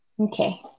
Okay